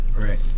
right